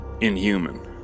inhuman